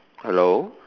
hello